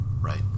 right